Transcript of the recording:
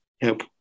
help